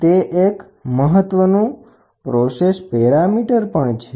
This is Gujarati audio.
તે એક મહત્વનું પ્રોસેસ પેરામીટર પણ છે